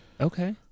Okay